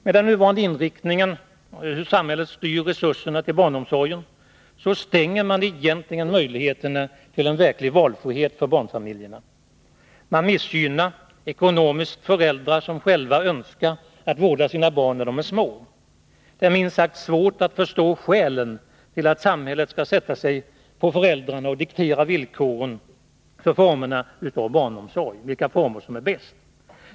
Med den nuvarande inriktningen av samhällets styrning av resurserna till barnomsorgen stänger man egentligen möjligheterna till en verklig valfrihet för barnfamiljerna. Man missgynnar ekonomiskt föräldrar som själva önskar vårda sina barn när de är små. Det är minst sagt svårt att förstå skälen till att samhället skall sätta sig på föräldrarna och diktera villkoren, ange vilken form av barnomsorg som är bäst.